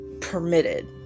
permitted